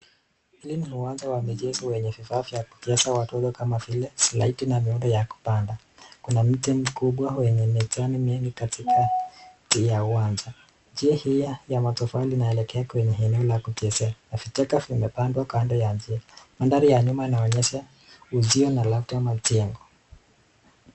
Hili ni uwanja wa michezo wenye vifaa vya kuchezo watoto kama na michezo sliding na miundo ya kupanda. Kuna mti mkubwa wenye majani mengi katikati ya uwanja. Njia hii ya matofali inaelekea kwenye eneo la kuchezea yenye na vichaka zimepandwa kando ya njia. Mandhari ya nyuma inaonyesha uzio na labda majengo.